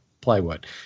plywood